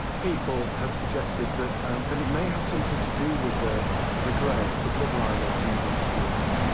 people have suggested that that it may have something to do with the the grail the bloodline of jesus, if you like.